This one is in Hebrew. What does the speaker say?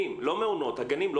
לא המעונות, הגנים.